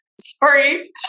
Sorry